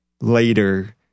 later